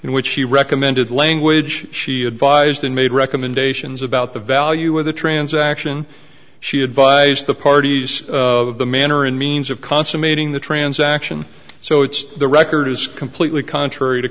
in which she recommended language she advised and made recommendations about the value of the transaction she advised the parties of the manner and means of consummating the transaction so it's the record is completely contrary to